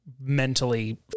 mentally